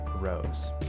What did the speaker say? Rose